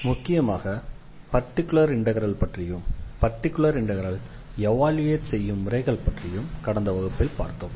முக்கியமாக particular integral பற்றியும் particular integral evaluate செய்யும் முறைகள் பற்றியும் கடந்த வகுப்பில் பார்த்தோம்